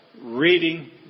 reading